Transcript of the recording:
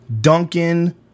Duncan